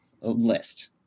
list